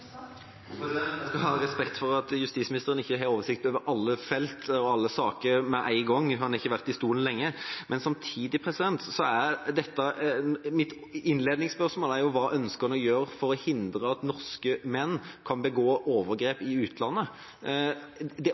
Jeg skal ha respekt for at justisministeren ikke har oversikt over alle felt og alle saker med én gang – han har ikke sittet i stolen lenge – men mitt innledningsspørsmål var jo hva han ønsker å gjøre for å hindre at norske menn kan begå overgrep i utlandet. Det